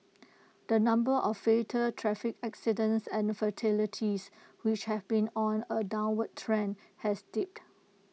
the number of fatal traffic accidents and fatalities which has been on A downward trend has dipped